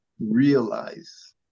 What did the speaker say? realize